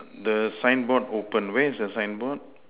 the sign board open where is the sign board